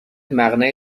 مقنعه